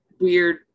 weird